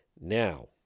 now